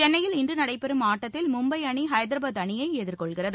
சென்னையில் இன்று நடைபெறும் ஆட்டத்தில் மும்பை அணி ஹைதராபாத் அணியை எதிர்கொள்கிறது